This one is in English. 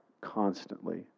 constantly